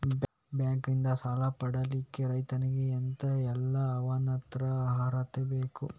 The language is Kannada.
ಬ್ಯಾಂಕ್ ನಿಂದ ಸಾಲ ಪಡಿಲಿಕ್ಕೆ ರೈತನಿಗೆ ಎಂತ ಎಲ್ಲಾ ಅವನತ್ರ ಅರ್ಹತೆ ಬೇಕು?